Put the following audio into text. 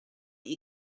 you